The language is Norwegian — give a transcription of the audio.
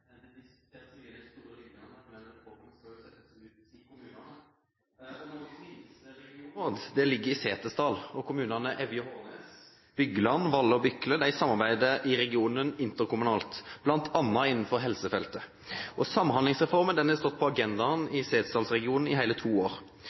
ut i kommunene. Norges minste regionråd ligger i Setesdal, og kommunene Evje og Hornnes, Bygland, Valle og Bykle samarbeider i regionen interkommunalt, bl.a. innenfor helsefeltet. Samhandlingsreformen har stått på agendaen